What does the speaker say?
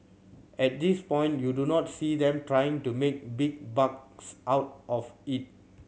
at this point you do not see them trying to make big bucks out of it